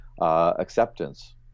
acceptance